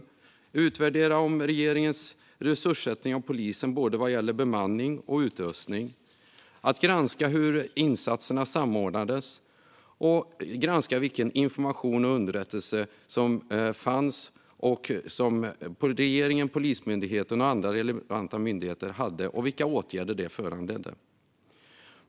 Man bör utvärdera regeringens resurssättning av polisen, både när det gäller bemanning och utrustning. Man bör granska hur insatserna samordnades och vilken information och vilka underrättelser som fanns och som regeringen, Polismyndigheten och andra relevanta myndigheter hade och vilka åtgärder det föranledde.